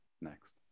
next